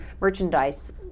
merchandise